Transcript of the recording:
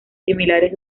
similares